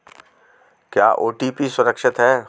क्या ओ.टी.पी सुरक्षित है?